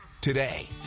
today